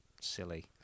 silly